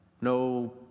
no